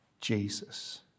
Jesus